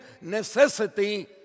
necessity